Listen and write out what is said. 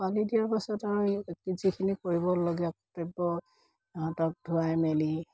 পোৱালি দিয়াৰ পাছত আৰু এই যিখিনি কৰিবলগীয়া কৰ্তব্য ইহঁতক ধুৱাই মেলি